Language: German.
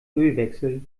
ölwechsel